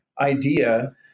idea